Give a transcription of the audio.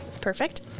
perfect